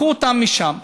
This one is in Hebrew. לקחו אותם משם.